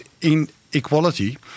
inequality